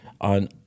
on